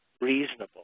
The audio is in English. reasonable